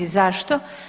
Zašto?